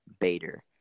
Bader